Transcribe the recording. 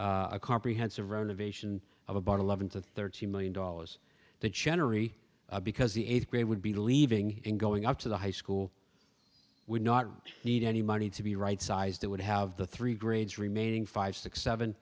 a comprehensive renovation of about eleven to thirty million dollars they generally because the eighth grade would be leaving and going up to the high school would not need any money to be rightsized that would have the three grades remaining five six seven